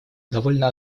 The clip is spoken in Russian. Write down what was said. довольно